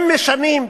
הם משנים.